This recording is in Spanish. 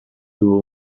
tuvo